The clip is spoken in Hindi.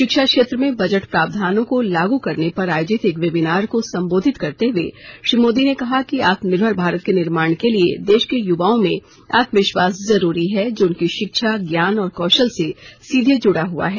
शिक्षा क्षेत्र में बजट प्रावधानों को लागू करने पर आयोजित एक वेबीनार को संबोधित करते हुए श्री मोदी ने कहा कि आत्मनिर्भर भारत के निर्माण के लिए देश के युवाओं में आत्मविश्वास जरूरी है जो उनकी शिक्षा ज्ञान और कौशल से सीधे जुडा हुआ है